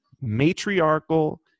matriarchal